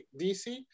DC